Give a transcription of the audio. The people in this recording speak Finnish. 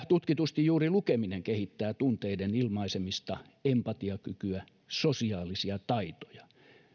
tutkitusti juuri lukeminen kehittää tunteiden ilmaisemista empatiakykyä sosiaalisia taitoja